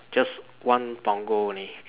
just one Punggol only